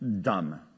dumb